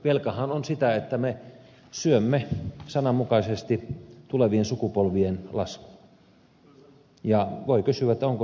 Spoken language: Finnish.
velkahan on sitä että me syömme sananmukaisesti tulevien sukupolvien laskuun ja voi kysyä onko se sitten oikein